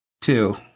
Two